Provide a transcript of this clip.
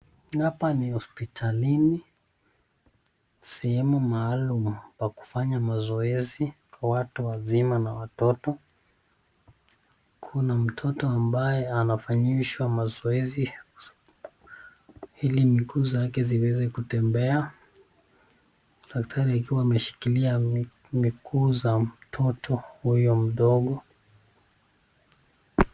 Hapa ni hospitalini. Sehemu maalum pa kufanya mazoezi kwa watu wazima na watoto. Kuna mtoto ambaye anafanyishwa mazoezi ili miguu zake ziweze kutembea. Daktari akiwa ameshikilia miguu za mtoto huyo mdogo.